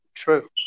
true